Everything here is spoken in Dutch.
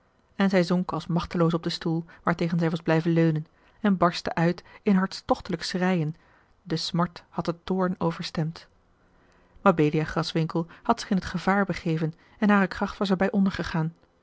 en zij zonk als machteloos op den stoel waartegen zij was blijven leunen en barstte uit in hartstochtelijk schreien de smart had den toorn overstemd mabelia graswinckel had zich in t gevaar begeven en hare kracht was er